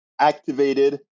activated